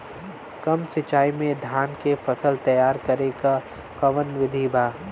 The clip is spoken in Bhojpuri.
कम सिचाई में धान के फसल तैयार करे क कवन बिधि बा?